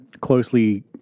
closely